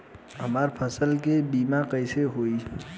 हमरा फसल के बीमा कैसे होई?